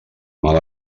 mal